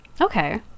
okay